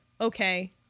okay